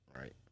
Right